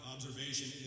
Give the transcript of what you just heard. observation